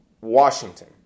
Washington